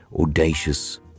audacious